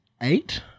Eight